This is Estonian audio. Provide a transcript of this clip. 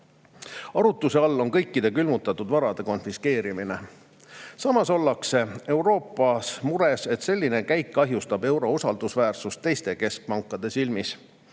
Arutuse all on kõikide külmutatud varade konfiskeerimine. Samas ollakse Euroopas mures, et selline käik kahjustab euro usaldusväärsust teiste keskpankade silmis.